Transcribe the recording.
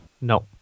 No